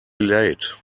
late